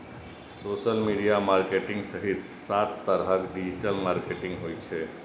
social media marketing सहित सात तरहक डिजिटल मार्केटिंग होइ छै